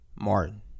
Martin